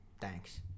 thanks